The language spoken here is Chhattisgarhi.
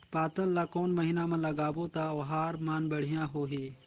पातल ला कोन महीना मा लगाबो ता ओहार मान बेडिया होही?